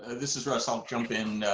this is russ, i'll jump in.